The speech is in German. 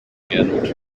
gernot